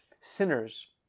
sinners